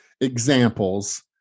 examples